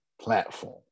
platform